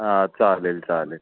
हां चालेल चालेल